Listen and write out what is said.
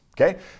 Okay